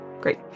Great